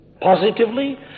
positively